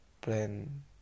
plan